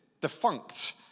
defunct